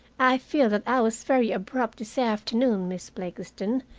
i feel that i was very abrupt this afternoon, miss blakiston.